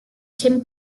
tim